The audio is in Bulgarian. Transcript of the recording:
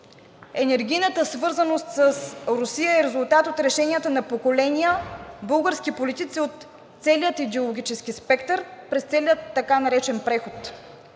енергийната свързаност с Русия е резултат от решенията на поколения български политици от целия идеологически спектър през целия така наречен преход.